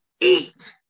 Eat